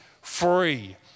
free